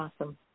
awesome